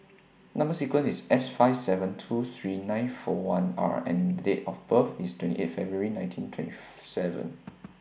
Number sequence IS S five seven two three nine four one R and Date of birth IS twenty eighth February nineteen twenty seven